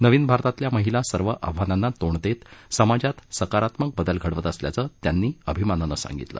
नवीन भारतातल्या महिला सर्व आव्हानांना तोंड देत समाजात सकारात्मक बदल घडवत असल्याचं त्यांनी अभिमानानं सांगितलं